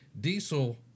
Diesel